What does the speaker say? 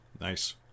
nice